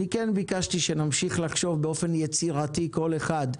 ביקשתי שנמשיך לחשוב באופן יצירתי כל אחד,